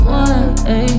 one